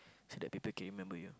so that people can remember you